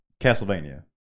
Castlevania